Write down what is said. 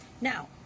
Now